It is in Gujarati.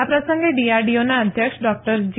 આ પ્રસંગે ડીઆરડીઓના અધ્યક્ષ ડોકટર જી